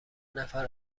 نفر